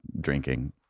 drinking